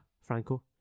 Franco